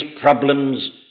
problems